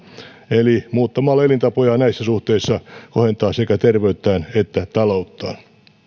eli muuttamalla elintapojaan näissä suhteissa kohentaa sekä terveyttään että talouttaan